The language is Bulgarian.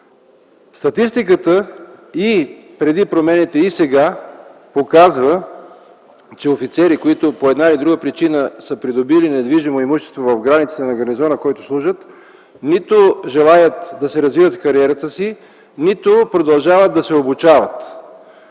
Статистиката преди промените и сега показва, че офицери, които по една или друга причина са придобили недвижимо имущество в границите на гарнизона, в който служат, нито желаят да развиват кариерата си, нито продължават да се обучават.